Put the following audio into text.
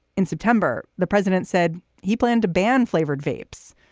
in september, the president said he planned to ban flavored vapes,